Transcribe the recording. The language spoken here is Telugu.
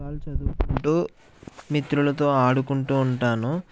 చదువుకుంటూ మిత్రులతో ఆడుకుంటూ ఉంటాను